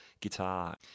Guitar